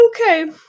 Okay